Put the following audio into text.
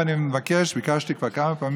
אנחנו נמצאים, אולי בניגוד למה שחושבים רבים,